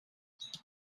take